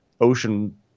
ocean